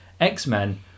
X-Men